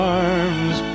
arms